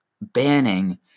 banning